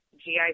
GI